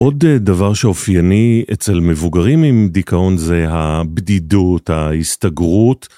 עוד דבר שאופייני אצל מבוגרים עם דיכאון זה הבדידות, ההסתגרות.